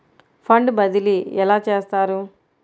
Fund బదిలీ ఎలా చేస్తారు?